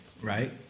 right